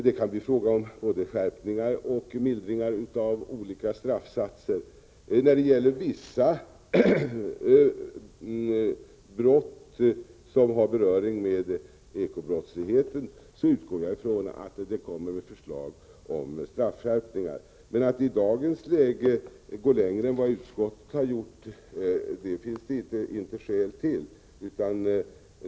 Det kan bli fråga om både skärpningar och mildringar av olika straffsatser. När det gäller vissa brott som har beröring med ekonomisk brottslighet utgår jag från att kommittén kommer med förslag även om straffskärpningar. Att i dagens läge gå längre än vad utskottet har gjort finns det dock inte skäl till.